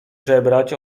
żebrać